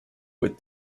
with